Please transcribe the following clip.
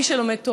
מי שלומד תורה.